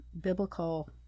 biblical